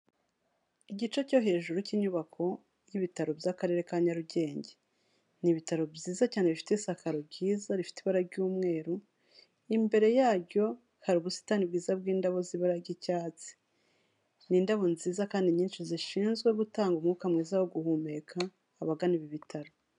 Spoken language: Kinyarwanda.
Igice cyo hejuru cy'inyubako y'ibitaro by'Akarere ka Nyarugenge. Ni ibitaro byiza cyane bifite isakaro ryiza rifite ibara ry'umweru, imbere yaryo hari ubusitani bwiza bw'indabo z'ibara ry'icyatsi. Ni indabo nziza kandi nyinshi zishinzwe gutanga umwuka mwiza wo guhumeka abagana ibi bitaro.